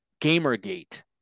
Gamergate